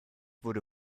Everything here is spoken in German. wurde